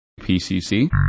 PCC